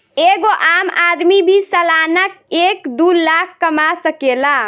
एगो आम आदमी भी सालाना एक दू लाख कमा सकेला